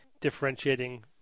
differentiating